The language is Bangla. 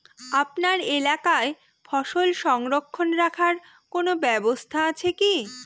আপনার এলাকায় ফসল সংরক্ষণ রাখার কোন ব্যাবস্থা আছে কি?